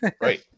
Right